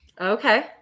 Okay